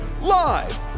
Live